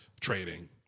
Trading